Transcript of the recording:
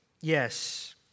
yes